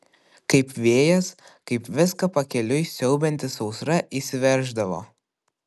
kaip vėjas kaip viską pakeliui siaubianti sausra įsiverždavo